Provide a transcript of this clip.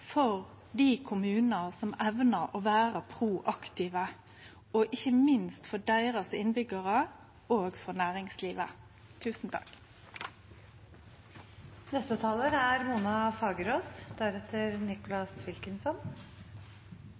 for dei kommunane som evnar å vere proaktive, og ikkje minst for innbyggjarane og for næringslivet